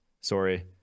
Sorry